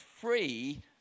free